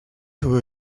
who